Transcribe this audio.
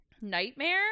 nightmare